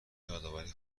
یادآوری